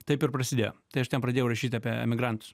taip ir prasidėjo tai aš ten pradėjau rašyti apie emigrantus